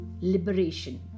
liberation